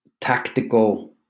tactical